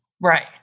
Right